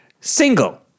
Single